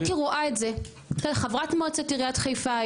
הייתי רואה את זה, הייתי חברת מועצת עיריית חיפה.